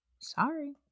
sorry